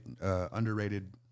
underrated